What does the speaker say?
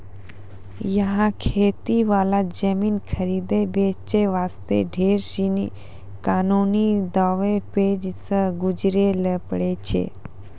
यहाँ खेती वाला जमीन खरीदै बेचे वास्ते ढेर सीनी कानूनी दांव पेंच सॅ गुजरै ल पड़ै छै